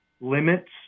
limits